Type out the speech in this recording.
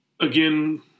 Again